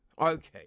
okay